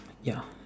ya